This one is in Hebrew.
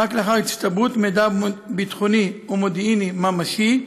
רק לאחר הצטברות מידע ביטחוני ומודיעיני ממשי,